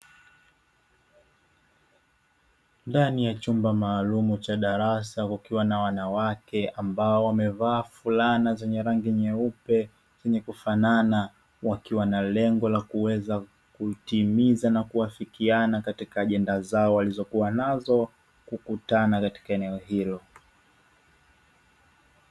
Ndani ya chumba maalumu cha darasa kukiwa na wanawake ambao wamevaa fulana zenye rangi nyeupe zenye kufanana, wakiwa na lengo la kuweza kutimiza na kuwafikiana katika ajenda zao walizokuwa nazo kukutana katika eneo hilo.